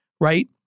right